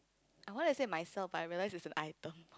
I want to say myself but I realized it's an item